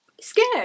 scared